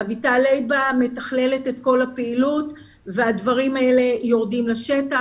אביטל לייבה מתכללת את כל הפעילות והדברים האלה יורדים לשטח.